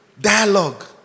dialogue